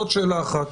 זאת שאלה אחת.